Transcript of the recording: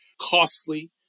costly